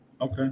Okay